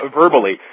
verbally